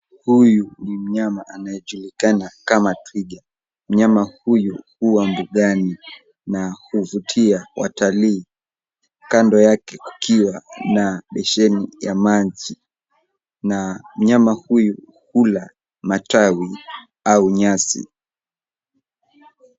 Huyu ni mnyama anayejulikana kama twiga. Mnyama huyu huwa mbugani na huvutia watalii, kando yake kukiwa na beseni ya maji na mnyama huyu hula matawi au nyasi.